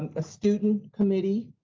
a student committee